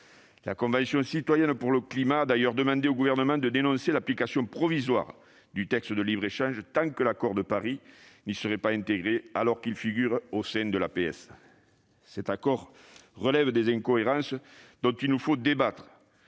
La Convention citoyenne pour le climat a d'ailleurs demandé au Gouvernement de dénoncer l'application provisoire du texte de libre-échange tant que l'accord de Paris n'y serait pas intégré, alors qu'il figure au sein de l'APS. Cet accord comporte des incohérences dont il nous faut débattre.